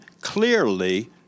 clearly